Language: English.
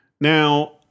Now